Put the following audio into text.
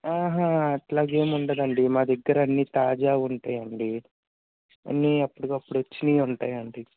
అలాగ ఏమి ఉండదండి మా దగ్గర అన్ని తాజావి ఉంటాయండి అన్ని అప్పటికి అప్పుడు వచ్చినవి ఉంటాయి అండి